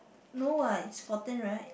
no what it's fourteen right